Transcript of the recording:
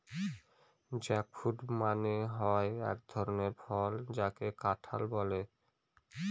jackfruit মানে হয় এক ধরনের ফল যাকে কাঁঠাল বলে